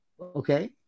Okay